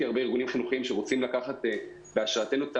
הרבה ארגונים חינוכיים שרוצים לקחת בהשראתנו את